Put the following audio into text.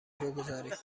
بگذاریم